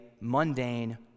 mundane